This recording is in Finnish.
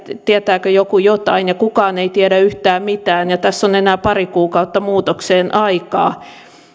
tietääkö joku jotain ja kukaan ei tiedä yhtään mitään ja tässä on enää pari kuukautta muutokseen aikaa